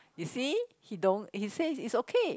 you see he don't he said is okay